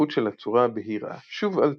השכיחות של הצורה הבהירה שוב עלתה.